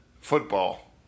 Football